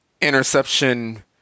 interception